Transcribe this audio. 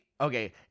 okay